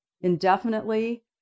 indefinitely